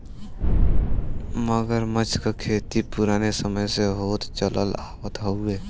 मगरमच्छ क खेती पुराने समय से होत चलत आवत हउवे